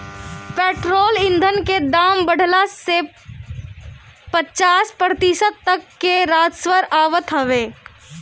petrol ईधन के दाम बढ़ला से पचास प्रतिशत तक ले राजस्व आवत हवे